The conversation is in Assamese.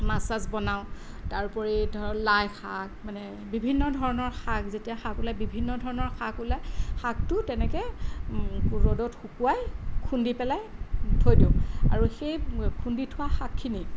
মাছ চাছ বনাওঁ তাৰোপৰি ধৰক লাই শাক মানে বিভিন্নধৰণৰ শাক যেতিয়া শাক ওলাই বিভিন্নধৰণৰ শাক ওলায় শাকটো তেনেকে ৰ'দত শুকোৱাই খুন্দি পেলাই থৈ দিওঁ আৰু সেই খুন্দি থোৱা শাকখিনি